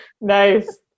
Nice